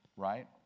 Right